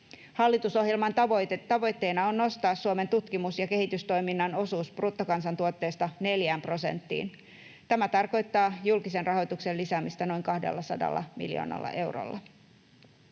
Hallitusohjelman tavoitteena on nostaa Suomen tutkimus- ja kehitystoiminnan osuus bruttokansantuotteesta 4 prosenttiin. Tämä tarkoittaa julkisen rahoituksen lisäämistä noin 200 miljoonalla eurolla.